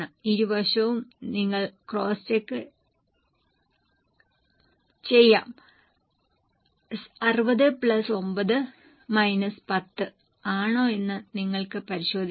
ഇരുവശവും നിങ്ങൾക്ക് cross check ചെയ്യാം 60 9 10 ആണോ എന്ന് നിങ്ങൾക്ക് പരിശോധിക്കാം